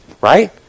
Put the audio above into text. right